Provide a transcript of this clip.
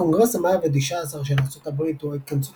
הקונגרס ה-119 של ארצות הברית הוא ההתכנסות